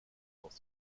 aus